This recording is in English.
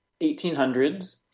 1800s